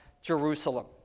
Jerusalem